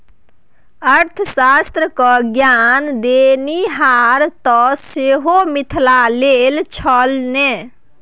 अर्थशास्त्र क ज्ञान देनिहार तँ सेहो मिथिलेक छल ने